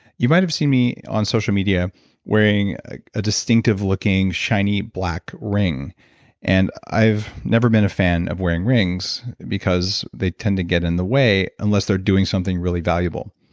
you might have seen me on social media wearing a distinctive looking, shiny, black ring and i've never been a fan of wearing rings because they tend to get in the way unless they're doing something really valuable.